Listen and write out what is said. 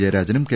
ജയരാജനും K